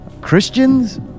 Christians